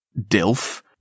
dilf